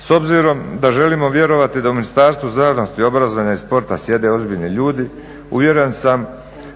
S obzirom da želimo vjerovati da u Ministarstvu znanosti, obrazovanja i sporta sjede ozbiljni ljudi uvjeren sam